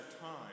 time